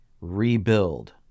rebuild